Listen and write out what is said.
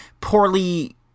poorly